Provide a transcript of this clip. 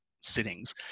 sittings